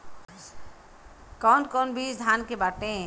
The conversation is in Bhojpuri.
कौन कौन बिज धान के बाटे?